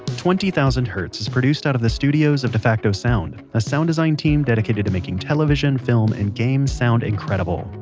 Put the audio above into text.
twenty thousand hertz is produced out of the studios of defacto sound, a sound design team dedicated to making television, film and games sound incredible.